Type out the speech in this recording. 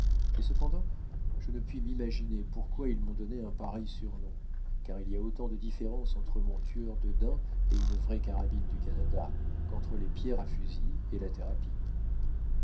et cependant je ne puis m'imaginer pourquoi ils m'ont donné un pareil surnom car il y a autant de différence entre mon tueur de daims et une vraie carabine du canada qu'entre la pierre à fusil et la terre à pipes